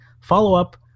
Follow-up